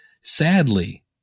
sadly